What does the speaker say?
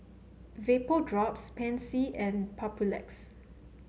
Vapodrops Pansy and Papulex